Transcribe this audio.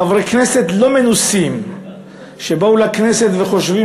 חברי כנסת לא מנוסים שבאו לכנסת וחושבים